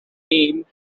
name